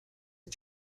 the